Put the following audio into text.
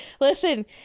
listen